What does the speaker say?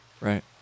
Right